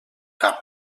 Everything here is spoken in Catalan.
camp